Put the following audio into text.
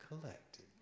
collected